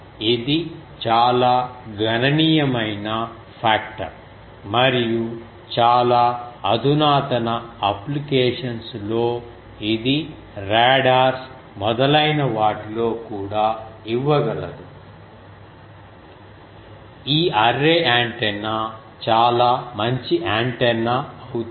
ఇది చాలా గణనీయమైన పాక్టర్ మరియు చాలా అధునాతన అప్లికేషన్స్ లో ఇది రాడార్స్ మొదలైన వాటిలో కూడా ఇవ్వగలదు ఈ అర్రే యాంటెన్నాచాలా మంచి యాంటెన్నా అవుతుంది